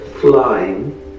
flying